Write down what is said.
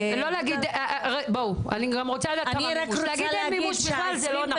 להגיד אין מימוש בכלל זה לא נכון.